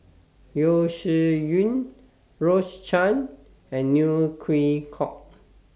Yeo Shih Yun Rose Chan and Neo Chwee Kok